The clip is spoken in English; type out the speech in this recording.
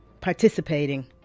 participating